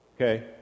Okay